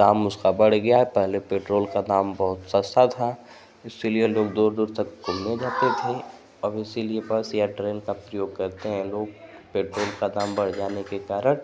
दाम उसका बढ़ गया है पहले पेट्रोल का दाम बहुत सस्ता था इसलिए लोग बहुत दूर दूर तक घूमने जाते थे अब इसीलिए बस या ट्रेन का प्रयोग करते हैं लोग पेट्रोल का दाम बढ़ जाने के कारण